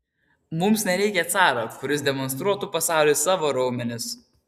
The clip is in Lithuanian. mums nereikia caro kuris demonstruotų pasauliui savo raumenis